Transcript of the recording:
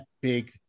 big